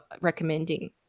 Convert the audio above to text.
recommending